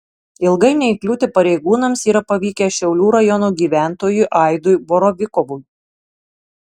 ilgai neįkliūti pareigūnams yra pavykę šiaulių rajono gyventojui aidui borovikovui